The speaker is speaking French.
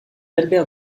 albert